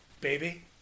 baby